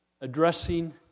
addressing